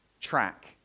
track